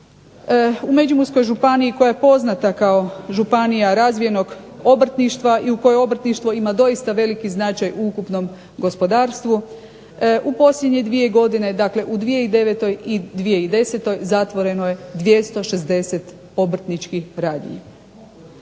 u Međimurskoj županiji koja je poznata kao županija razvijenog obrtništva i u kojoj obrtništvo ima doista veliki značaj u ukupnom gospodarstvu u posljednje 2 godine, dakle u 2009. i 2010. zatvoreno je 260 obrtničkih radnji.